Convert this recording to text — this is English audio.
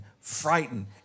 frightened